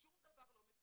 שום דבר לא מכוסה.